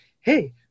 hey